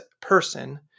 person